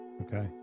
Okay